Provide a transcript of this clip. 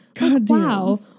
wow